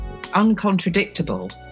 uncontradictable